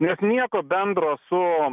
nes nieko bendro su